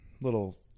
little